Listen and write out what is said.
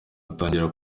atangira